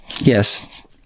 Yes